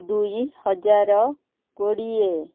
ଦୁଇ ହଜାର କୋଡ଼ିଏ